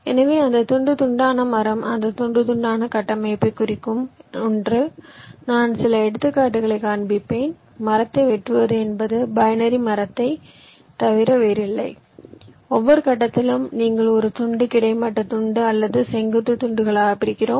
எனவே அந்த துண்டு துண்டான மரம் அந்த துண்டு துண்டான கட்டமைப்பைக் குறிக்கும் ஒன்று நான் சில எடுத்துக்காட்டுகளைக் காண்பிப்பேன் மரத்தை வெட்டுவது என்பது பைனரி மரத்தைத் தவிர வேறில்லை ஒவ்வொரு கட்டத்திலும் நீங்கள் ஒரு துண்டு கிடைமட்ட துண்டு அல்லது செங்குத்து துண்டுகளாக பிரிக்கிறோம்